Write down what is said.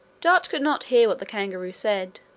dot could not hear what the kangaroo said,